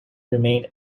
remain